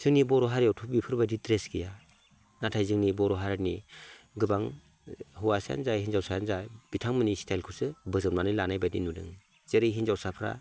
जोंनि बर' हारियावथ' बेफोरबायदि द्रेस गैया नाथाय जोंनि बर' हारिनि गोबां हौवासायानो जा हिनजावसायानो जा बिथांमोननि स्टाइलखौसो बज'बनानै लानायबायदि नुदों जेरै हिनजावसाफ्रा